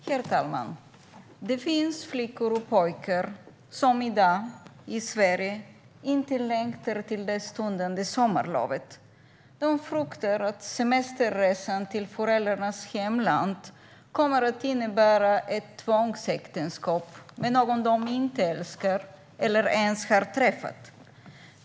Herr talman! Det finns flickor och pojkar i Sverige i dag som inte längtar till det stundande sommarlovet. De fruktar att semesterresan till föräldrarnas hemland kommer att innebära ett tvångsäktenskap med någon som de inte älskar eller med någon som de inte ens har träffat.